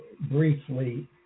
briefly